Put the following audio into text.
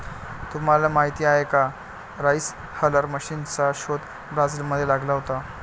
तुम्हाला माहीत आहे का राइस हलर मशीनचा शोध ब्राझील मध्ये लागला होता